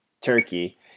Turkey